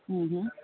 ह्म् ह्म्